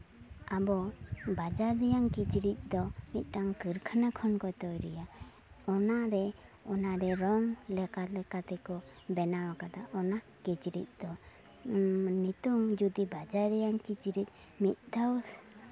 ᱟᱵᱚ ᱵᱟᱡᱟᱨ ᱨᱮᱭᱟᱜ ᱠᱤᱪᱨᱤᱡ ᱫᱚ ᱢᱤᱫᱴᱟᱱ ᱠᱟᱹᱨᱠᱷᱟᱱᱟ ᱠᱷᱚᱱ ᱠᱚ ᱛᱳᱭᱨᱤᱭᱟ ᱚᱱᱟᱨᱮ ᱨᱚᱝ ᱞᱮᱠᱟ ᱛᱮᱠᱚ ᱵᱮᱱᱟᱣ ᱠᱟᱫᱟ ᱚᱱᱟ ᱠᱤᱪᱨᱤᱡ ᱫᱚ ᱱᱤᱛᱚᱝ ᱡᱩᱫᱤ ᱵᱟᱡᱟᱨ ᱨᱮᱭᱟᱜ ᱠᱤᱪᱨᱤᱡ ᱢᱤᱫ ᱫᱷᱟᱣ